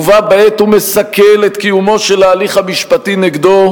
ובה בעת הוא מסכל את קיומו של הליך משפטי נגדו,